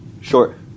short